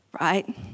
right